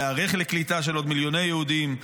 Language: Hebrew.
להיערך לקליטה של עוד מיליוני יהודים,